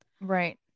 right